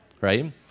right